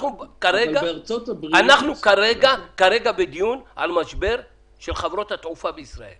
אנחנו כרגע בדיון על משבר של חברות התעופה בישראל